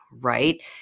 right